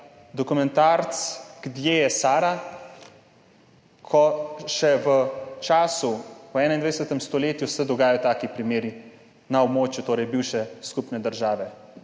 dokumentarec Gdje je Sara, ko se še v 21. stoletju dogajajo taki primeri na območju bivše skupne države,